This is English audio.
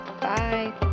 Bye